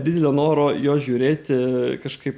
didelio noro jos žiūrėti kažkaip